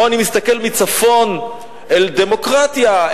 או אני מסתכל מצפון אל דמוקרטיה,